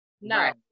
No